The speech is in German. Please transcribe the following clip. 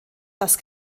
das